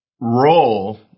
role